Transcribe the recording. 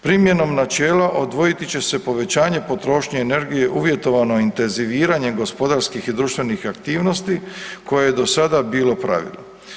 Primjenom načela odvojiti će se povećanje potrošnje energije uvjetovano intenziviranjem gospodarskih i društvenih aktivnosti koje je do sada bilo pravilo.